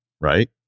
right